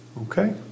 Okay